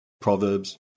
Proverbs